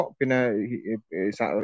Pina